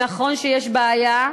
נכון שיש בעיה,